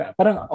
Parang